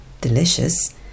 delicious